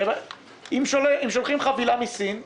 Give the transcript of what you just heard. אם שולחים חבילה מסין לפה,